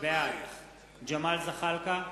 בעד ג'מאל זחאלקה,